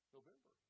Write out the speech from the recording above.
November